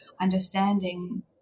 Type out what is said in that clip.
understanding